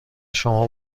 شما